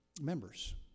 members